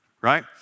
right